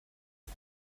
ihr